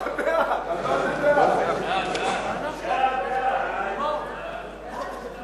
ההצעה להעביר את הצעת